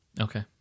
okay